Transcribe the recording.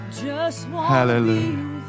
Hallelujah